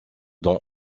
don